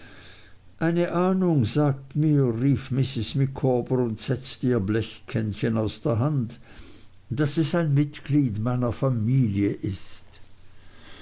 eine ahnung sagt mir rief mrs micawber und setzte ihr blechkännchen aus der hand daß es ein mitglied meiner familie ist